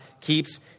keeps